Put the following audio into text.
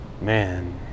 man